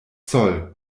zoll